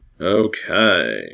Okay